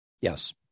Yes